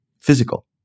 physical